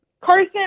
Carson